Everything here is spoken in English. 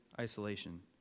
isolation